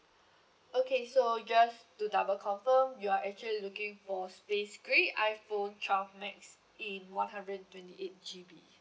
okay so just to double confirm you're actually looking for space grey iphone twelve max in one hundred twenty eight G_B